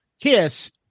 Kiss